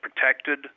protected